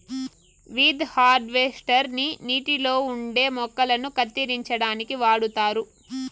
weed harvester ని నీటిలో ఉండే మొక్కలను కత్తిరించడానికి వాడుతారు